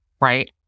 right